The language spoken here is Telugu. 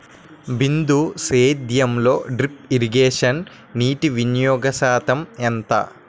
బిందు సేద్యంలో డ్రిప్ ఇరగేషన్ నీటివినియోగ శాతం ఎంత?